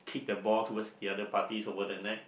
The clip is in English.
the balls towards the other parties over the net